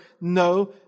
No